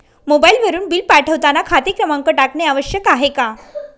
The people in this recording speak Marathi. मोबाईलवरून बिल पाठवताना खाते क्रमांक टाकणे आवश्यक आहे का?